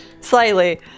Slightly